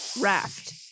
raft